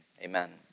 Amen